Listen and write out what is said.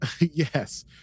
yes